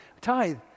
tithe